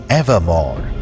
evermore